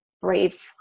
brave